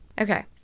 okay